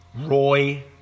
Roy